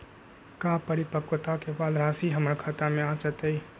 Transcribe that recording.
का परिपक्वता के बाद राशि हमर खाता में आ जतई?